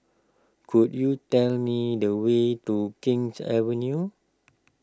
could you tell me the way to King's Avenue